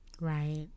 Right